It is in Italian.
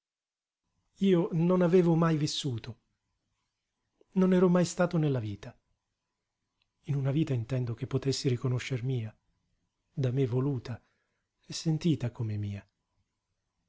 io non avevo mai vissuto non ero mai stato nella vita in una vita intendo che potessi riconoscer mia da me voluta e sentita come mia